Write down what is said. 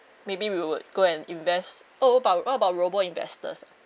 maybe we would go and invest oh about what about robo investors ah